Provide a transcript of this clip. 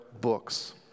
books